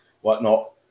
whatnot